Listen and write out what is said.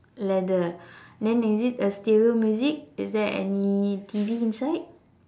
leather then is it a stereo music is there any T_V inside